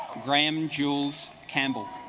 graham jules campbell